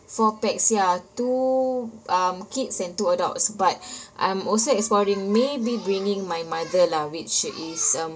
four pax ya two um kids and two adults but I'm also exploring maybe bringing my mother lah which is um